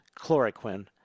chloroquine